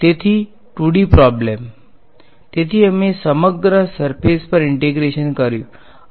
તેથી 2D problem તેથી અમે સમગ્ર સર્ફેસ પર ઈંટેગ્રેશન કર્યું છે